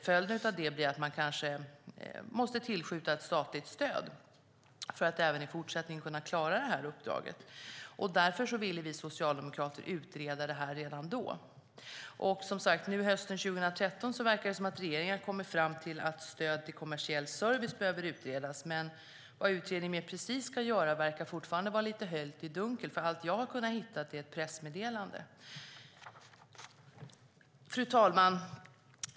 Följden av det blir att man kanske måste tillskjuta ett statligt stöd för att även i fortsättningen kunna klara uppdraget. Därför ville vi socialdemokrater utreda detta redan då. Nu, hösten 2013, verkar det som om regeringen har kommit fram till att stöd till kommersiell service behöver utredas, men vad utredningen mer precist ska göra verkar fortfarande vara höljt i dunkel. Allt jag har kunnat hitta är ett pressmeddelande. Fru talman!